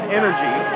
energy